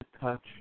touch